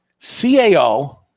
CAO